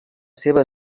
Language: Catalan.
seva